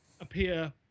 appear